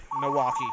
Milwaukee